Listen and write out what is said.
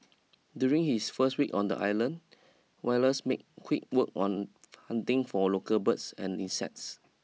during his first week on the island Wallace made quick work on hunting for local birds and insects